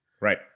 Right